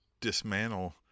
dismantle